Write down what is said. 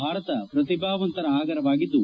ಭಾರತ ಪ್ರತಿಭಾವಂತರ ಆಗರವಾಗಿದ್ದು